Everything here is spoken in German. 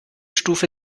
stufe